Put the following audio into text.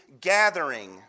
gathering